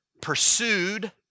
pursued